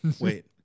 Wait